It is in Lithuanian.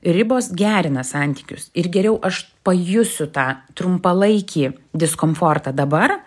ribos gerina santykius ir geriau aš pajusiu tą trumpalaikį diskomfortą dabar